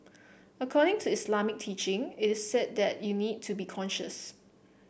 according to Islamic teaching it is said that you need to be conscious